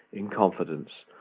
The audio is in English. in confidence,